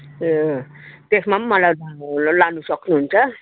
ए त्यसमा पनि मलाई अब लानु सक्नुहुन्छ